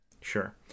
sure